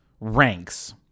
ranks